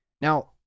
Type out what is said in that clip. Now